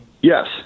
Yes